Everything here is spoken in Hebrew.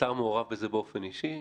השר מעורב בזה באופן אישי?